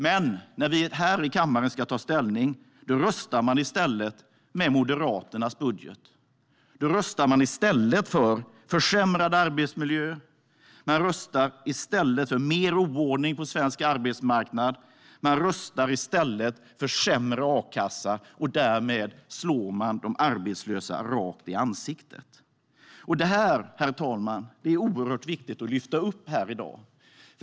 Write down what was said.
Men när vi här i kammaren ska ta ställning röstar man i stället med Moderaternas budget. Då röstar man i stället för försämrad arbetsmiljö, mer oordning på svensk arbetsmarknad och sämre a-kassa, och därmed slår man de arbetslösa rakt i ansiktet. Det, herr talman, är oerhört viktigt att lyfta upp här i dag.